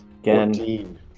Again